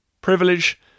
privilege